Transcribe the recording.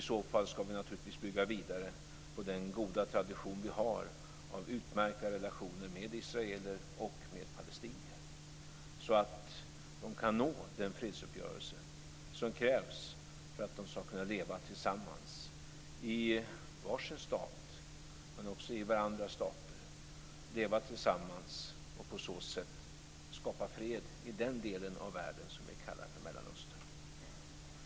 I så fall ska vi naturligtvis bygga vidare på den goda tradition vi har av utmärkta relationer med israeler och med palestinier, så att de kan nå den fredsuppgörelse som krävs för att de ska kunna leva tillsammans i var sin stat, men också i varandras stater, leva tillsammans och på så sätt skapa fred i den del av världen som vi kallar för Mellanöstern.